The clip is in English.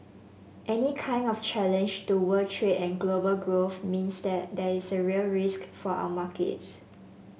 any kind of challenge to world trade and global growth means that there is real risk for our markets